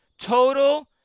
total